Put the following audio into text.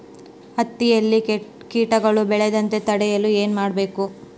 ಹತ್ತಿಯಲ್ಲಿ ಕೇಟಗಳು ಬೇಳದಂತೆ ತಡೆಯಲು ಏನು ಮಾಡಬೇಕು?